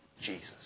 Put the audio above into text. Jesus